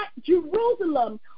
Jerusalem